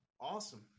Awesome